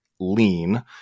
lean